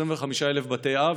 25,000 בתי אב,